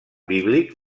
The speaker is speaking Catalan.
bíblic